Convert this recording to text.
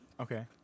Okay